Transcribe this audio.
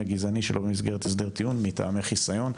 גזעני שלא במסגרת הסדר טיעון מטעמי חיסיון.